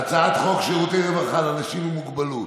ההצעה להעביר את הצעת חוק שירותי רווחה לאנשים עם מוגבלות,